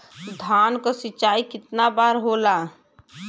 धान क सिंचाई कितना बार होला?